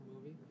movie